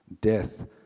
Death